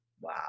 Wow